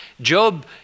Job